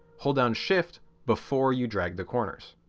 hold down shift before you drag the corners.